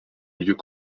lieux